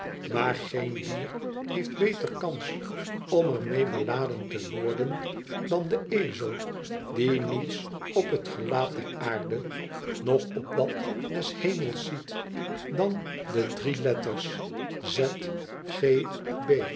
maar geen dier heeft beter kans om er mee beladen te worden dan de ezel die niets op het gelaat der aarde noch op dat des hemels ziet dan de drie letters z